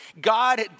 God